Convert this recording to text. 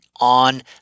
on